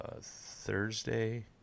Thursday